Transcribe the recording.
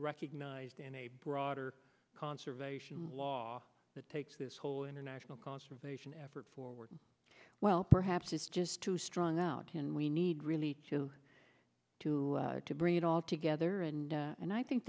recognized in a broader conservation law that takes this whole international conservation effort forward well perhaps it's just too strong out and we need really to to to bring it all together and and i think